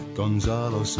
Gonzalo